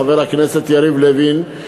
חבר הכנסת יריב לוין,